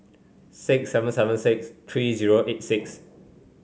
six seven seven six three zero eight six